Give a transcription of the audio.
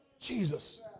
Jesus